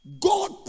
God